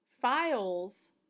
Files